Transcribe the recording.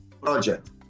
project